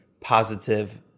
positive